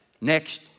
next